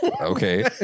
Okay